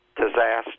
disaster